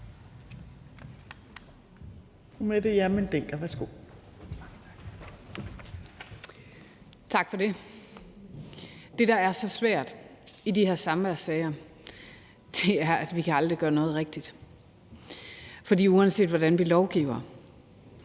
Tak for det. Det, der er så svært i de her samværssager, er, at vi aldrig kan gøre noget rigtigt, for uanset hvordan vi lovgiver,